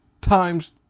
times